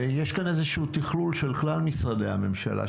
יש כאן איזשהו תכלול של כלל משרדי הממשלה,